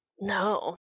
No